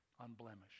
unblemished